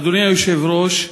אדוני היושב-ראש,